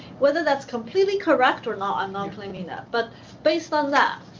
whether that's completely correct or not, i'm not claiming that but based on that.